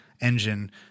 engine